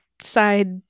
side